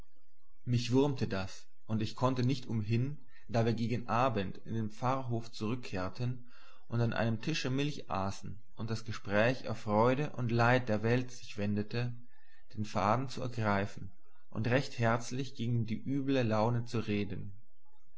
mich wurmte das und ich konnte nicht umhin da wir gegen abend in den pfarrhof zurückkehrten und an einem tische milch aßen und das gespräch auf freude und leid der welt sich wendete den faden zu ergreifen und recht herzlich gegen die üble laune zu reden